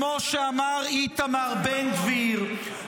כמו שאמר איתמר בן גביר,